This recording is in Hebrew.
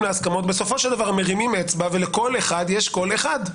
להסכמות בסוף מרימים אצבע ולכל אחד יש קול אחד.